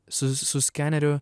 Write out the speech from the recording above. su su skeneriu